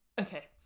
Okay